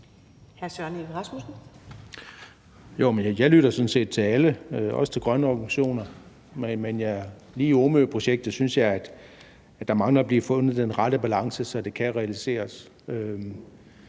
set til alle, også til grønne organisationer, men lige i forhold til Omøprojektet synes jeg, at man mangler at finde den rette balance, så det kan realiseres.